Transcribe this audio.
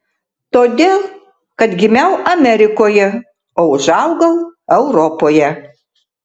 todėl kad gimiau amerikoje o užaugau europoje